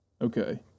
okay